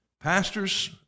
Pastors